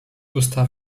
usta